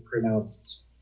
pronounced